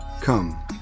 Come